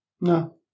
no